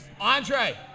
Andre